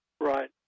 Right